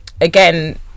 again